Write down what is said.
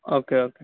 okay okay